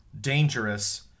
dangerous